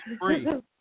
free